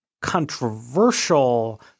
controversial